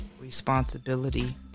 responsibility